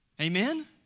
Amen